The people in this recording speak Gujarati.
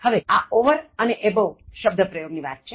હવે આ over અને above શબ્દ પ્રયોગની વાત છે